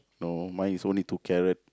no mine is only two carrot